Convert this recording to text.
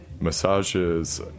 massages